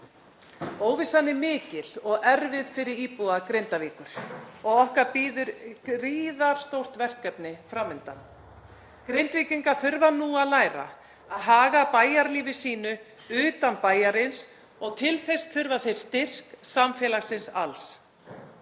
Óvissan er mikil og erfið fyrir íbúa Grindavíkur og okkar bíður gríðarstórt verkefni fram undan. Grindvíkingar þurfa nú að læra að haga bæjarlífi sínu utan bæjarins og til þess þurfa þeir styrk samfélagsins alls.